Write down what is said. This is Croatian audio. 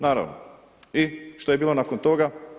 Naravno i što je bilo nakon toga?